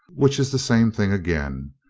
which is the same thing again.